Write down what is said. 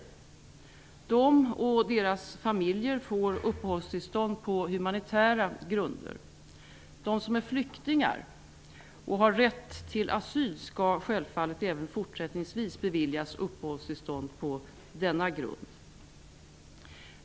Barnen och deras familjer får uppehållstillstånd på humanitära grunder. De som är flyktingar och har rätt till asyl skall självfallet även fortsättningsvis beviljas uppehållstillstånd på denna grund.